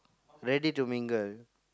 ready to mingle